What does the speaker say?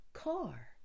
car